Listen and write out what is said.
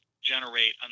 generate